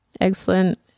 Excellent